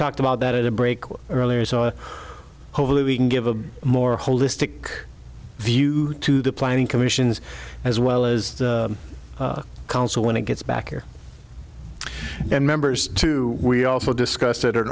talked about that at a break earlier so hopefully we can give a more holistic view to the planning commissions as well as the council when it gets back their members to we also discussed